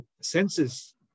senses